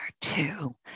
two